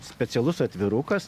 specialus atvirukas